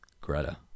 Greta